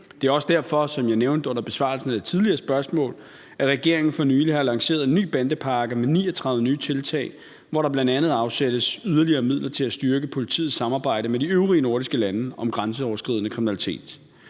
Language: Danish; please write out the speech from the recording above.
Det er også derfor, som jeg nævnte under besvarelsen af det tidligere spørgsmål, at regeringen for nylig har lanceret en ny bandepakke med 39 nye tiltag, hvor der bl.a. afsættes yderligere midler til at styrke politiets samarbejde med de øvrige nordiske lande om grænseoverskridende kriminalitet.